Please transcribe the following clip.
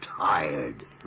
Tired